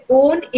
own